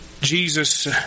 Jesus